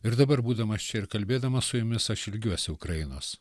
ir dabar būdamas čia ir kalbėdamas su jumis aš ilgiuosi ukrainos